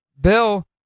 Bill